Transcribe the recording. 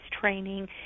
training